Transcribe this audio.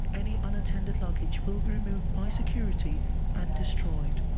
any unattended luggage will be removed by security and destroyed.